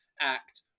act